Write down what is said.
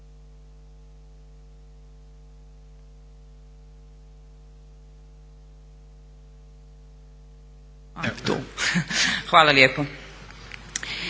Hvala lijepo.